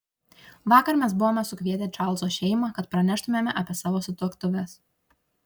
vakar mes buvome sukvietę čarlzo šeimą kad praneštumėme apie savo sutuoktuves